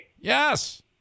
yes